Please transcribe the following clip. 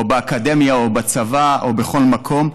או באקדמיה או בצבא או בכל מקום.